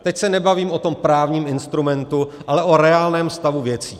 Teď se nebavím o tom právním instrumentu, ale o reálném stavu věcí.